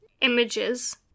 images